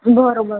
બરાબર મૅમ